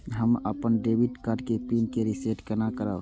हम अपन debit card के पिन के रीसेट केना करब?